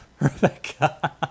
Rebecca